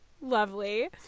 lovely